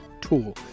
tool